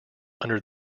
under